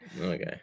Okay